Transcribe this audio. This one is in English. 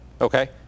Okay